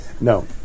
No